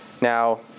Now